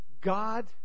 God